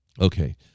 okay